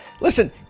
Listen